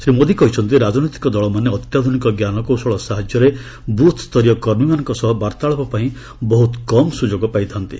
ଶ୍ରୀ ମୋଦି କହିଛନ୍ତି ରାଜନୈତିକ ଦଳମାନେ ଅତ୍ୟାଧୁନିକ ଜ୍ଞାନକୌଶଳ ସାହାଯ୍ୟରେ ବୁଥସ୍ତରୀୟ କର୍ମୀମାନଙ୍କ ସହ ବାର୍ତ୍ତାଳାପ ପାଇଁ ବହୁତ କମ୍ ସୁଯୋଗ ପାଇଥାନ୍ତି